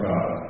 God